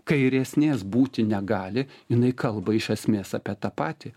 kairesnės būti negali jinai kalba iš esmės apie tą patį